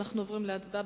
אנחנו עוברים להצבעה.